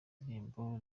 indirimbo